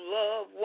love